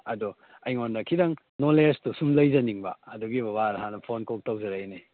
ꯑꯗꯣ ꯑꯩꯉꯣꯟꯗ ꯈꯤꯇꯪ ꯅꯣꯂꯦꯖꯇꯣ ꯁꯨꯝ ꯂꯩꯖꯅꯤꯡꯕ ꯑꯗꯨꯒꯤ ꯕꯕꯥꯗ ꯍꯥꯟꯅ ꯐꯣꯟ ꯀꯣꯛ ꯇꯧꯖꯔꯛꯏꯅꯤ